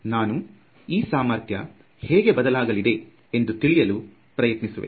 ನಾನು ಈ ಸಾಮರ್ಥ್ಯ ಹೇಗೆ ಬದಲಾಗಲಿದೆ ಎಂದು ತಿಳಿಯಲು ಪ್ರಯತ್ನಿಸುವೆ